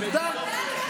שמגדר,